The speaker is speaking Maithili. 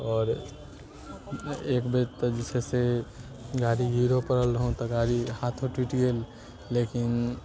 आओर एक बेर तऽ जे छै से गाड़ी गिरिओ पड़ल रहौँ तऽ गाड़ी हाथो टुटि गेल लेकिन